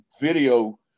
video